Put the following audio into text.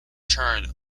turn